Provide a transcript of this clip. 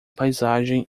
paisagem